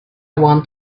want